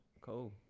cool